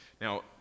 Now